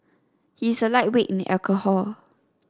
he is a lightweight in alcohol